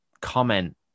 comment